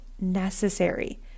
necessary